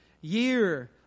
year